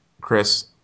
Chris